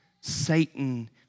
Satan